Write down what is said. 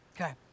Okay